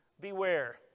beware